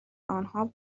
آنها